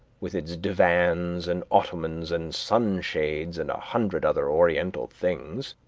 with its divans, and ottomans, and sun-shades, and a hundred other oriental things,